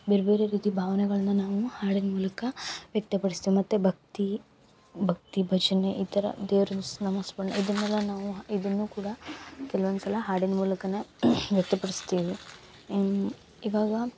ಬೇರೆ ಬೇರೆ ರೀತಿ ಭಾವ್ನೆಗಳ್ನ ನಾವು ಹಾಡಿನ ಮೂಲಕ ವ್ಯಕ್ತಪಡಿಸ್ತೇವೆ ಮತ್ತು ಭಕ್ತಿ ಭಕ್ತಿ ಭಜನೆ ಈ ಥರ ದೇವರ ಸ್ಮ ನಾಮ ಸ್ಮರಣೆ ಇದನ್ನೆಲ್ಲ ನಾವು ಇದನ್ನು ಕೂಡ ಕೆಲ್ವೊಂದು ಸಲ ಹಾಡಿನ ಮೂಲಕನೇ ವ್ಯಕ್ತಪಡಿಸ್ತೀವಿ ಇವಾಗ